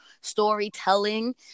storytelling